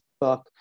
book